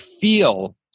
feel